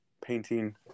painting